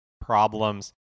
problems